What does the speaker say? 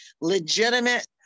legitimate